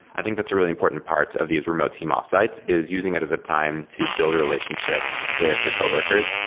i think that's a really important part of these remote team offsites, is using it as a time to build relationships with your coworkers.